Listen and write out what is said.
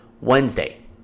Wednesday